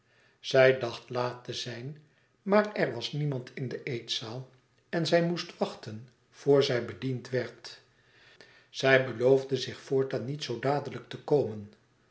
zij dacht laat te zijn maar er was niemand in de eetzaal e ids aargang en zij moest wachten voor zij bediend werd zij beloofde zich voortaan niet zoo dadelijk te komen